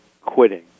quitting